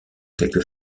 quelques